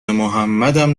محمدم